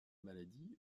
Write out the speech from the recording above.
maladie